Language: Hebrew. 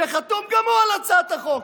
שחתום גם הוא על הצעת החוק.